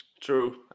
true